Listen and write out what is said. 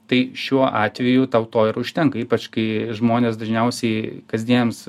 tai šiuo atveju tau to ir užtenka ypač kai žmonės dažniausiai kasdienėms